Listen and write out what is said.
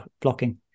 blocking